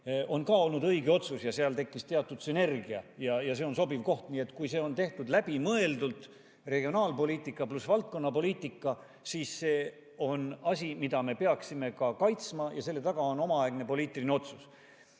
on ka olnud õige otsus ja seal on tekkinud teatud sünergia. See on sobiv koht. Nii et kui see on tehtud läbimõeldult – regionaalpoliitika pluss valdkonnapoliitika –, siis see on asi, mida me peaksime kaitsma. Selle taga on omaaegne poliitiline otsus